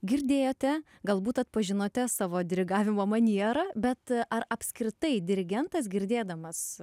girdėjote galbūt atpažinote savo dirigavimo manierą bet ar apskritai dirigentas girdėdamas